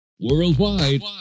Worldwide